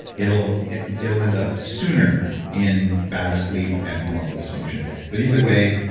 it'll it'll end up sooner in bad sleep and hormonal dysfunction. but either way,